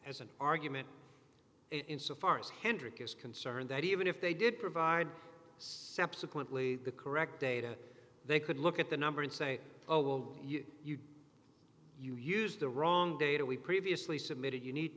as an argument insofar as hendrick is concerned that even if they did provide subsequently the correct data they could look at the number and say oh you you used the wrong data we previously submitted you need